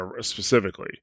specifically